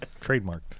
Trademarked